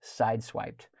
sideswiped